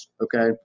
Okay